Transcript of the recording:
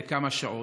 זה כמה שעות,